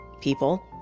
people